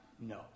no